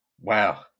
Wow